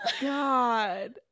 god